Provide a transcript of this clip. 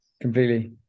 Completely